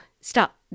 stop